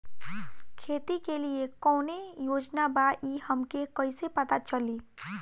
खेती के लिए कौने योजना बा ई हमके कईसे पता चली?